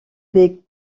des